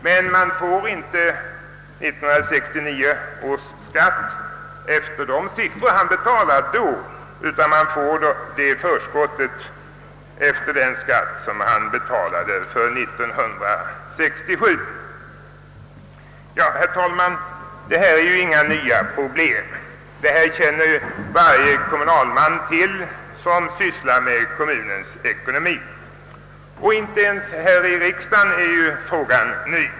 Detta förskott är inte uträknat med hänsyn till de belopp han betalar i skatt då, d.v.s. 1969, utan det räknas ut på grundval av den skatt han betalade 1967. Herr talman! Detta är ju inget nytt problem. Varje kommunalman, som sysslar med kommunens ekonomi, känner till detta. Inte ens här i riksdagen är frågan ny.